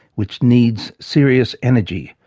which needs serious energy,